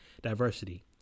diversity